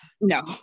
No